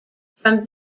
from